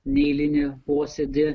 neeilinį posėdį